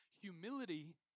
humility